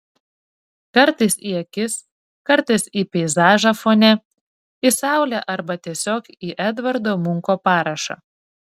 kartais į akis kartais į peizažą fone į saulę arba tiesiog į edvardo munko parašą